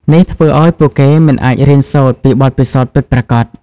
នេះធ្វើឱ្យពួកគេមិនអាចរៀនសូត្រពីបទពិសោធន៍ពិតប្រាកដ។